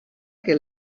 que